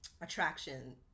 attraction